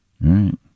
right